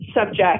subject